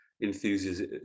enthusiasm